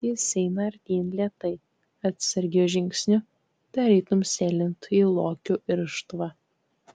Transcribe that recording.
jis eina artyn lėtai atsargiu žingsniu tarytum sėlintų į lokio irštvą